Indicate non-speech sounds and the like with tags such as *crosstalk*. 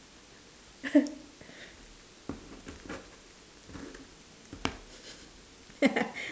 *laughs*